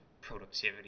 productivity